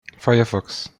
firefox